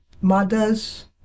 mothers